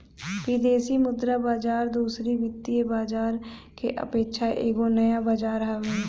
विदेशी मुद्रा बाजार दूसरी वित्तीय बाजार के अपेक्षा एगो नया बाजार हवे